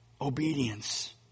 Obedience